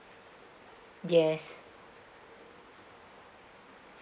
yes